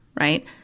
right